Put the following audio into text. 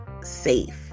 safe